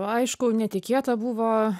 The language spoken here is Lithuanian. aišku netikėta buvo